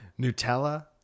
Nutella